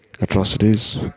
atrocities